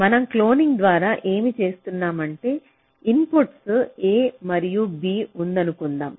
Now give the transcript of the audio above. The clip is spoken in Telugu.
మనం క్లోనింగ్ ద్వారా ఏమి చేస్తున్నామంటే ఇన్పుట్లు A మరియు B ఉందనుకుందాం